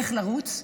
איך לרוץ,